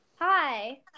Hi